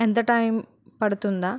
ఎంత టైం పడుతుంది